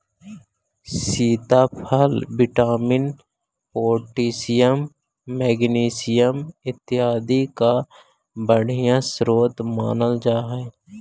सीताफल vitamin, potassium, magnesium इत्यादि का बढ़िया स्रोत मानल जा हई